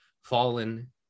fallen